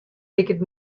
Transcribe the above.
liket